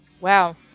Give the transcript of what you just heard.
Wow